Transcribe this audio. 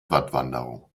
wattwanderung